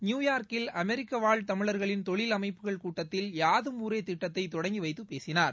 நியூயார்க்கில் அமெரிக்கவாழ் தமிழர்களின் தொழில் அமைப்புகள் கூட்டத்தில் யாதும் ஊரே திட்டத்தை தொடங்கிவைத்து பேசினார்